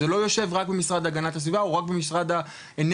זה לא יושב רק במשרד ההגנת הסביבה או רק במשרד האנרגיה,